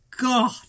God